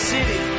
City